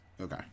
okay